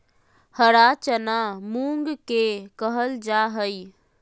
हरा चना मूंग के कहल जा हई